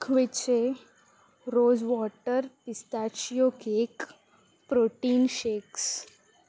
quiche rose water pistachio cake protein shakes